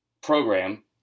program